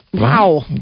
Wow